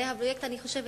הרי הפרויקט התעכב,